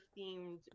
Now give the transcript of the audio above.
themed